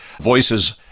voices